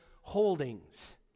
holdings